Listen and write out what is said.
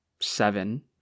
seven